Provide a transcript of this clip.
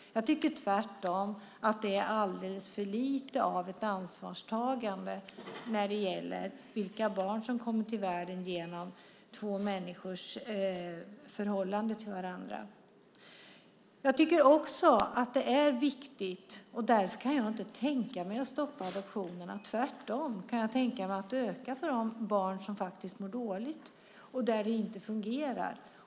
Jag tycker tvärtom att det är alldeles för lite av ansvarstagande för barn som kommer till världen genom två människors förhållande till varandra. Jag kan inte tänka mig att stoppa adoptionerna. Tvärtom kan jag tänka mig att öka adoptionerna av barn som mår dåligt och för vilka det inte fungerar.